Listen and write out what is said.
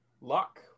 luck